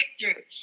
breakthrough